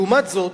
לעומת זאת,